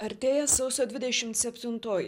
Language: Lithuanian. artėja sausio dvidešim septintoji